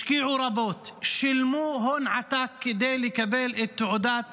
השקיעו רבות, שילמו הון עתק כדי לקבל תעודת